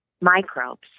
microbes